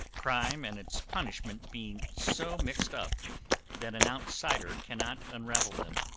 crime and its punishment being so mixed up that an outsider cannot unravel them.